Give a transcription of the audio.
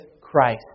Christ